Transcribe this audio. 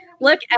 Look